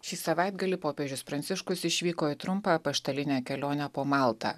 šį savaitgalį popiežius pranciškus išvyko į trumpą apaštalinę kelionę po maltą